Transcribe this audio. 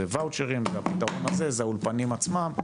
זה ואוצ'רים, והפתרון הזה זה האולפנים עצמם.